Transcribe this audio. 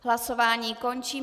Hlasování končím.